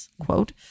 Quote